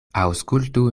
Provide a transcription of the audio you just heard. aŭskultu